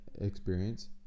experience